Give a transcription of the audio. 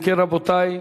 אם כן, רבותי,